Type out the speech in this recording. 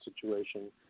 situation